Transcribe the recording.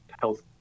Health